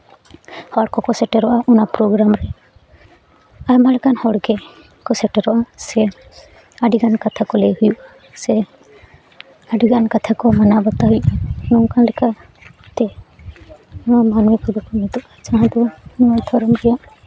ᱦᱚᱲ ᱠᱚᱠᱚ ᱥᱮᱴᱮᱨᱚᱜᱼᱟ ᱚᱱᱟ ᱯᱨᱚᱜᱨᱟᱢ ᱨᱮ ᱟᱭᱢᱟ ᱞᱮᱠᱟᱱ ᱦᱚᱲ ᱜᱮ ᱠᱚ ᱥᱮᱴᱮᱨᱚᱜᱼᱟ ᱥᱮ ᱟᱹᱰᱤᱜᱟᱱ ᱠᱟᱛᱷᱟ ᱠᱚ ᱞᱟᱹᱭ ᱦᱩᱭᱩᱜᱼᱟ ᱥᱮ ᱟᱹᱰᱤᱜᱟᱱ ᱠᱟᱛᱷᱟ ᱠᱚ ᱢᱟᱱᱟᱣ ᱵᱟᱛᱟᱣ ᱦᱩᱭᱩᱜᱼᱟ ᱚᱱᱠᱟ ᱞᱮᱠᱟ ᱛᱮ ᱱᱤᱛᱚᱜ ᱡᱟᱦᱟᱸ ᱫᱚ ᱚᱱᱟ ᱫᱷᱚᱨᱚᱢ ᱨᱮ